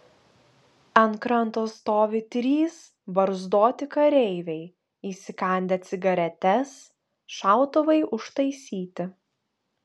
ant kranto stovi trys barzdoti kareiviai įsikandę cigaretes šautuvai užtaisyti